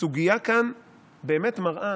שהסוגיה כאן באמת מראה,